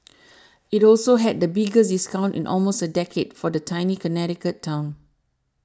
it also had the biggest discounts in almost a decade for the Tony Connecticut town